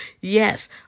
Yes